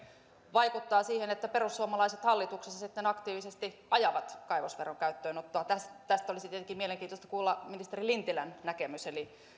vaikuttaa siihen että perussuomalaiset hallituksessa sitten aktiivisesti ajavat kaivosveron käyttöönottoa tästä tästä olisi tietenkin mielenkiintoista kuulla ministeri lintilän näkemys eli